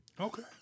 Okay